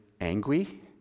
angry